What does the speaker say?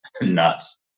nuts